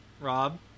Rob